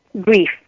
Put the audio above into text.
grief